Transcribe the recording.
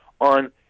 on